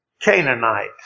Canaanite